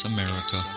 America